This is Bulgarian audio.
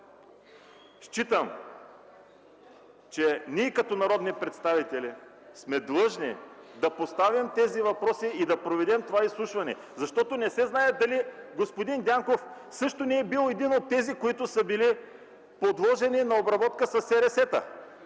Считам, че ние като народни представители сме длъжни да поставим тези въпроси и да проведем това изслушване, защото не се знае дали господин Дянков също не е бил един от тези, които са били подложени на обработка със СРС-та!